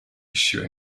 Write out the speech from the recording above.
issue